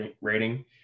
rating